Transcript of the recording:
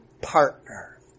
partner